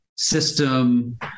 System